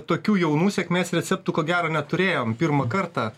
tokių jaunų sėkmės receptų ko gero neturėjom pirmą kartą